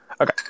Okay